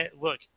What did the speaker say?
Look